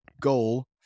Goal